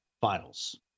Finals